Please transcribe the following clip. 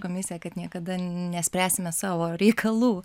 komisija kad niekada nespręsime savo reikalų